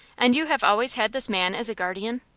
and you have always had this man as a guardian?